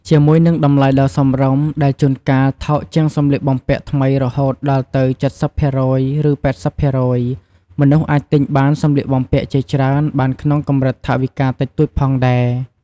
ជាមួយនឹងតម្លៃដ៏សមរម្យ ដែលជួនកាលថោកជាងសម្លៀកបំពាក់ថ្មីរហូតដល់ទៅ ៧០% ឬ ៨០% មនុស្សអាចទិញបានសម្លៀកបំពាក់ជាច្រើនបានក្នុងកម្រិតថវិកាតិចតួចផងដែរ។